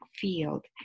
field